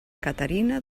caterina